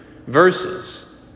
verses